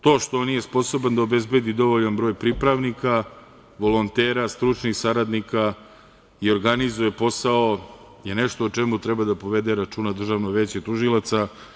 To što nije sposoban da obezbedi dovoljan broj pripravnika, volontera, stručnih saradnika i organizuje posao je nešto o čemu treba da povede računa Državno veće tužilaca.